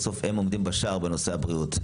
בסוף הם עומדים בשער בנושא הבריאות,